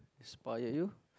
inspired you